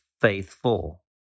faithful